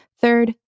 Third